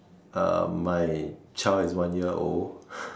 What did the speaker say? uh my child is one year old